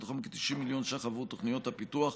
מתוכם כ-90 מיליון ש"ח עבור תוכניות הפיתוח,